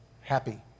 happy